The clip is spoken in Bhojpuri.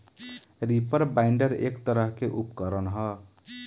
रीपर बाइंडर एक तरह के उपकरण ह